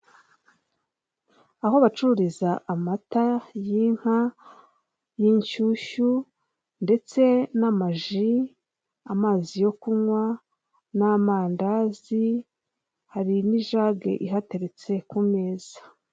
Iyi nyubakora urabona ni nini cyane irimo ibikorwa remezo bitandukanye, harimo amadirishya meza, hejuru waza ukahicara rwose ukitegera umujyi ukareba, hakurya urahabona ahantu batega bakoresheje amahirwe nyine bari gukina ibintu bitandukanye.